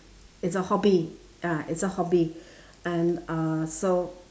it's a hobby ya it's a hobby and uh so